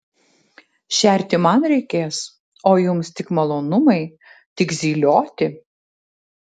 šerti man reikės o jums tik malonumai tik zylioti